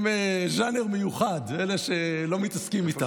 הם ז'אנר מיוחד, אלה שלא מתעסקים איתם.